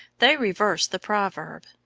they reverse the proverb,